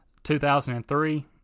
2003